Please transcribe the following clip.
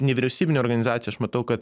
nevyriausybinė organizacija aš matau kad